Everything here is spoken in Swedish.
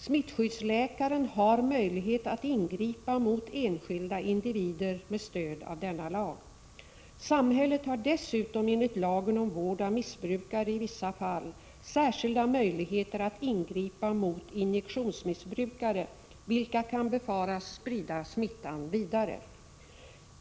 Smittskyddsläkaren har möjlighet att ingripa mot enskilda individer med stöd av denna lag. Samhället har dessutom enligt lagen om vård av missbrukare i vissa fall särskilda möjligheter att ingripa mot injektionsmissbrukare, vilka kan befaras sprida smittan vidare.